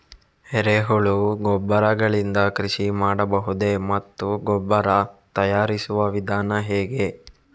ಎರೆಹುಳು ಗೊಬ್ಬರ ಗಳಿಂದ ಕೃಷಿ ಮಾಡಬಹುದೇ ಮತ್ತು ಗೊಬ್ಬರ ತಯಾರಿಸುವ ವಿಧಾನ ಹೇಗೆ?